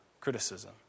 criticism